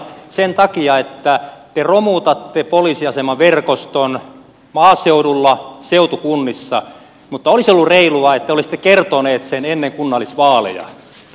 sen takia että te romutatte poliisiasemaverkoston maaseudulla seutukunnissa mutta olisi ollut reilua että te olisitte kertoneet sen ennen kunnallisvaaleja